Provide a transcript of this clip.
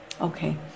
Okay